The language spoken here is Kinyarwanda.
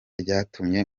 ryatumye